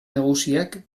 nagusiak